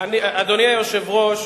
אדוני היושב-ראש,